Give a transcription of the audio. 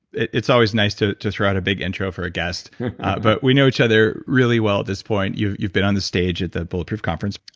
it's always nice to to throw out a big intro for a guest but we know each other really well at this point. you've you've been on the stage at the bulletproof conference.